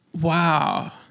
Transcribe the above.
Wow